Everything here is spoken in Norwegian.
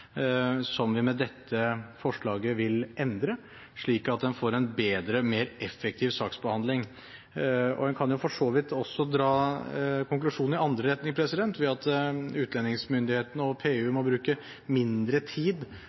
som vi med dette forslaget vil endre, slik at en får en bedre og mer effektiv saksbehandling. En kan for så vidt også dra konklusjonen i den andre retningen, at når utlendingsmyndighetene og PU må bruke mindre tid